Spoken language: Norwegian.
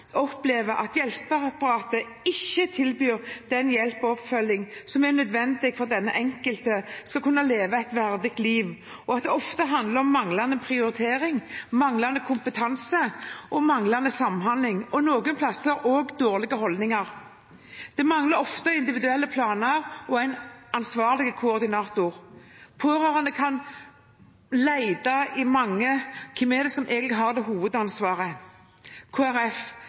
opplever at hjelpeapparatet ikke tilbyr den hjelp og oppfølging som er nødvendig for at den enkelte skal kunne leve et verdig liv, og at det ofte handler om manglende prioritering, manglende kompetanse og manglende samhandling – og noen steder også dårlige holdninger. Det mangler ofte individuelle planer og en ansvarlig koordinator, og pårørende kan lete etter hvem det er som egentlig har hovedansvaret.